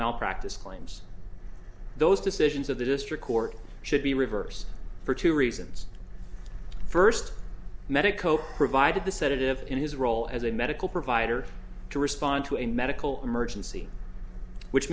malpractise claims those decisions of the district court should be reverse for two reasons first medico provided the sedative in his role as a medical provider to respond to a medical emergency which